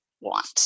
want